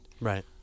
right